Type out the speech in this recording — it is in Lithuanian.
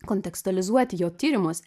kontekstualizuoti jo tyrimus